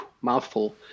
mouthful